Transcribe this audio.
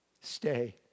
stay